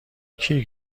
کیه